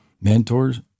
mentors